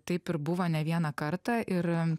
taip ir buvo ne vieną kartą ir